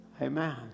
Amen